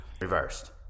reversed